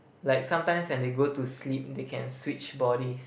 like sometimes when they go to sleep they can switch bodies